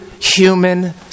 human